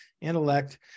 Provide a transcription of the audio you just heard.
intellect